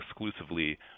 exclusively